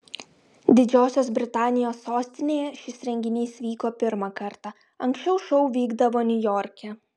didžiosios britanijos sostinėje šis renginys vyko pirmą kartą anksčiau šou vykdavo niujorke